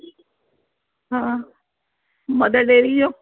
हा Mother Dairy जो